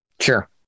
sure